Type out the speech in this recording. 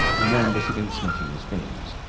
and warned us against smashing the springs.